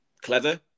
clever